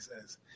says